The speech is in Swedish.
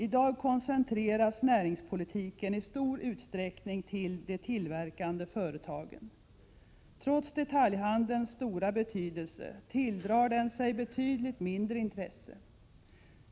I dag koncentreras näringspolitiken i stor utsträckning till de tillverkande företagen. Trots detaljhandelns stora betydelse tilldrar den sig betydligt mindre intresse.